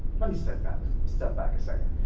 let me step back step back a second.